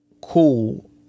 cool